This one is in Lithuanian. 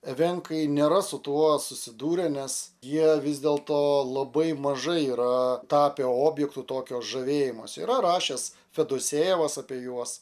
evenkai nėra su tuo susidūrę nes jie vis dėl to labai mažai yra tapę objektų tokio žavėjimosi yra rašęs fedusėjevas apie juos